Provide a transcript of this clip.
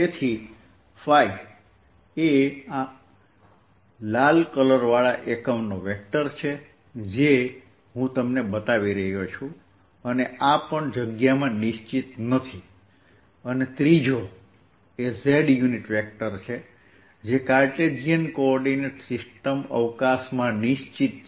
તેથી એ આ લાલ કલર વાળા એકમનો વેક્ટર છે જે હું તમને બતાવી રહ્યો છું અને આ પણ જગ્યામાં નિશ્ચિત નથી અને ત્રીજો એ Z યુનિટ વેક્ટર છે જે કાર્ટેશિયન કોઓર્ડિનેટ સિસ્ટમ અવકાશમાં નિશ્ચિત છે